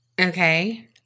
Okay